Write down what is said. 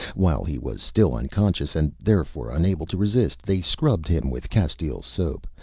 while he was still unconscious, and therefore unable to resist, they scrubbed him with castile soap,